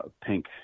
pink